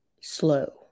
slow